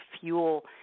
fuel